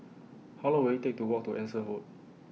How Long Will IT Take to Walk to Anson Road